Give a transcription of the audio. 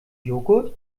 joghurt